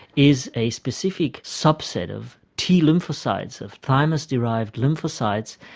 is a specific subset of t lymphocytes, of thymus derived lymphocytes,